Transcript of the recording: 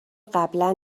قبلا